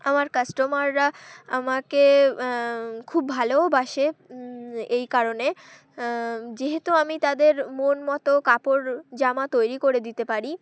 আমার কাস্টোমাররা আমাকে খুব ভালো ও বাসে এই কারনে যেহেতু আমি তাদের মন মত কাপড় জামা তৈরি করে দিতে পারি